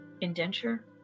indenture